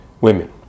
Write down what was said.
women